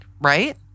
right